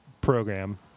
program